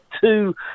two